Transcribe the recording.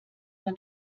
man